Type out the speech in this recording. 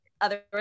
otherwise